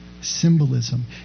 symbolism